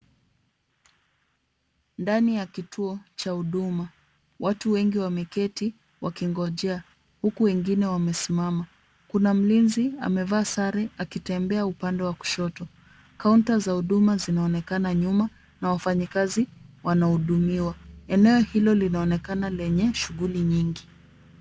Ndani ya kituo cha Huduma, watu wengi wameketi wakingojea huku wengine wamesimama. Kuna mlinzi amevaa sare akitembea upande wa kushoto. Kaunta za huduma zinaonekana nyuma na wafanyikazi wanahudumiwa. Eneo hilo linaonekana lenye shughuli nyingi.